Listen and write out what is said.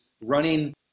running